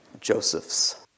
Joseph's